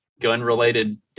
gun-related